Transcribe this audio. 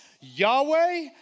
Yahweh